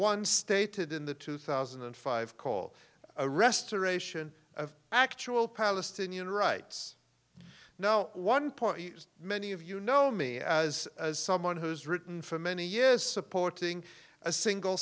one stated in the two thousand and five call a restoration of actual palestinian rights now one point many of you know me as someone who's written for many years supporting a single